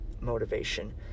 motivation